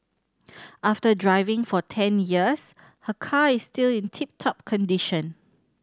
after driving for ten years her car is still in tip top condition